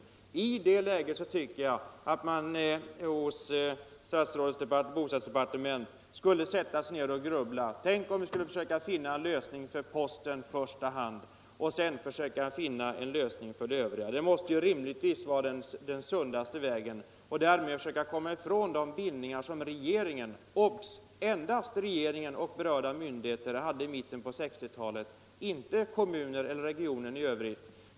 Jag tycker att man i det läget hos statsrådets bostadsdepartement borde sätta sig ner och grubbla: Tänk om vi skulle försöka finna en lösning för posten i första hand och sedan försöka finna en lösning för de övriga! Det måste rimligtvis vara den sundaste vägen att på så sätt försöka komma ifrån de bindningar som endast regeringen och berörda myndigheter hade i mitten på 1960-talet — således inte kommunen eller regionen i övrigt.